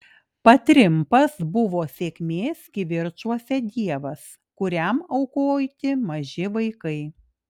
patrimpas buvo sėkmės kivirčuose dievas kuriam aukoti maži vaikai